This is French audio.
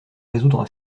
résoudre